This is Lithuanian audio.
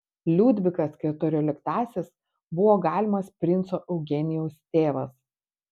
liudvikas keturioliktasis buvo galimas princo eugenijaus tėvas